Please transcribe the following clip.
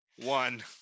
One